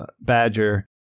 Badger